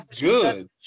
good